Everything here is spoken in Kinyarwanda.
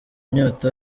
inyota